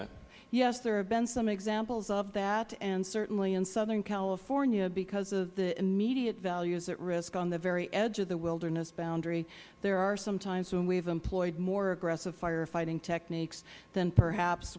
kimbell yes there have been some examples of that and certainly in southern california because of the immediate values at risk on the very edge of the wilderness boundary there are some times where we have employed more aggressive fire fighting techniques than perhaps